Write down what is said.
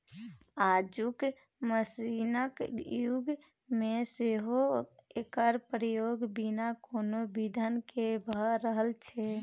आजुक मशीनक युग मे सेहो एकर प्रयोग बिना कोनो बिघ्न केँ भ रहल छै